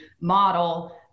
model